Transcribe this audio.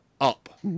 up